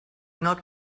not